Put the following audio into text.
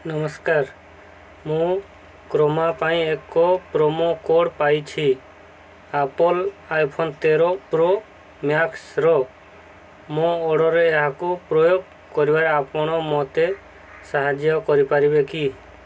ନମସ୍କାର ମୁଁ କ୍ରୋମା ପାଇଁ ଏକ ପ୍ରୋମୋ କୋଡ଼୍ ପାଇଛି ଆପଲ୍ ଆଇଫୋନ୍ ତେର ପ୍ରୋ ମ୍ୟାକ୍ସର ମୋ ଅର୍ଡ଼ର୍ରେ ଏହାକୁ ପ୍ରୟୋଗ କରିବାରେ ଆପଣ ମୋତେ ସାହାଯ୍ୟ କରିପାରିବେ କି